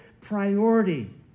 priority